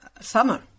summer